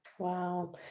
Wow